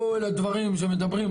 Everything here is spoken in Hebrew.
כל הדברים שמדברים,